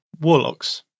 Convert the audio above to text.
Warlocks